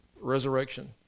resurrection